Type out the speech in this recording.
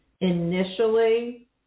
initially